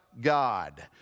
God